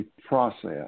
process